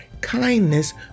kindness